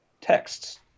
texts